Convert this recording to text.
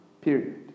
period